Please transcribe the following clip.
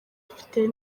ufite